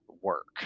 work